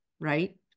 right